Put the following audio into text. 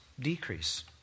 decrease